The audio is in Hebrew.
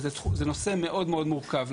זה נושא מאוד מאוד מורכב.